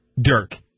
Dirk